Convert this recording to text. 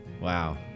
wow